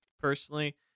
personally